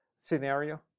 scenario